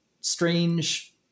strange